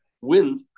wind